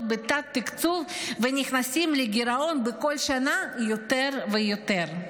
בתת-תקצוב ונכנסים לגירעון בכל שנה יותר ויותר.